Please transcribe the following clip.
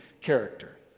character